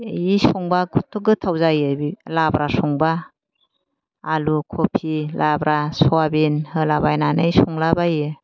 बिदि संबा खथ्थ' गोथाव जायो लाब्रा संबा आलु खबि लाब्रा सयाबिन होलाबायनानै संला बायो